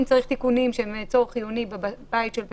אם צריך תיקונים שהם צורך חיוני בבית של אדם,